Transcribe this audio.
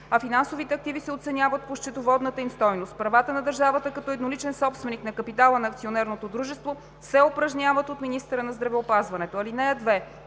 а финансовите активи се оценяват по счетоводната им стойност. Правата на държавата като едноличен собственик на капитала на акционерното дружество се упражняват от министъра на здравеопазването.